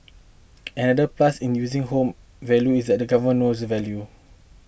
another plus in using home value is that the government knows the value